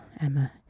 Emma